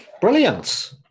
Brilliant